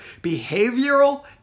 Behavioral